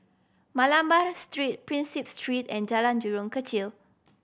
Malabar Street Prinsep Street and Jalan Jurong Kechil